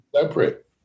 separate